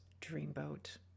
dreamboat